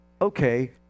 okay